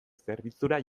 zerbitzura